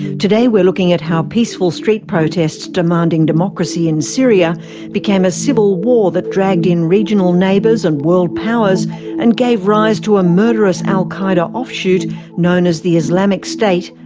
today we're looking at how peaceful street protests demanding democracy in syria became a civil war that dragged in regional neighbours and world powers and gave rise to a murderous al-qaeda offshoot known as the islamic state,